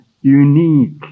unique